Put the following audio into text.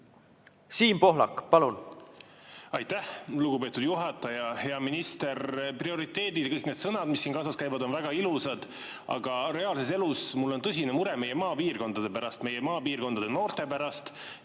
säilimist? Aitäh, lugupeetud juhataja! Hea minister! Prioriteedid ja kõik need sõnad, mis siin kaasas käivad, on väga ilusad, aga reaalses elus on mul tõsine mure meie maapiirkondade pärast, meie maapiirkondade noorte pärast.